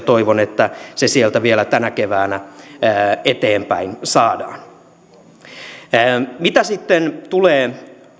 toivon että se sieltä vielä tänä keväänä eteenpäin saadaan mitä sitten tulee